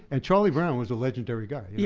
and charlie brown was a legendary guy. yeah